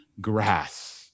grass